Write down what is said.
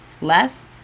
less